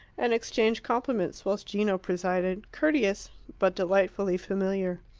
and exchange compliments, whilst gino presided, courteous, but delightfully familiar.